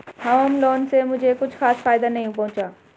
home loan से मुझे कुछ खास फायदा नहीं पहुंचा